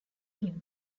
him